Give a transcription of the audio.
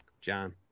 John